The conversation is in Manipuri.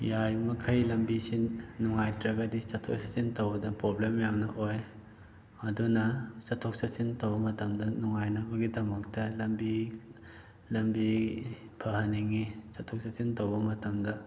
ꯌꯥꯔꯤꯕ ꯃꯈꯩ ꯂꯝꯕꯤ ꯅꯨꯡꯉꯥꯏꯇ꯭ꯔꯒꯗꯤ ꯆꯠꯊꯣꯛ ꯆꯠꯁꯤꯟ ꯇꯧꯕꯗ ꯄ꯭ꯔꯣꯕ꯭ꯂꯦꯝ ꯌꯥꯝꯅ ꯑꯣꯏ ꯑꯗꯨꯅ ꯆꯠꯊꯣꯛ ꯆꯠꯁꯤꯟ ꯇꯧꯕ ꯃꯇꯝꯗ ꯅꯨꯡꯉꯥꯏꯅꯕꯒꯤꯗꯃꯛꯇ ꯂꯝꯕꯤ ꯂꯝꯕꯤ ꯐꯍꯟꯅꯤꯡꯏ ꯆꯠꯊꯣꯛ ꯆꯠꯁꯤꯟ ꯇꯧꯕ ꯃꯇꯝꯗ